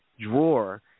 drawer